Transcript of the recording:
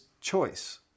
choice